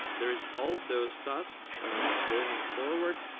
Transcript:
there's all those tasks going forward,